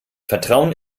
vertrauen